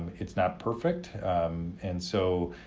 it's not perfect and so,